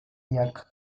jak